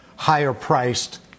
higher-priced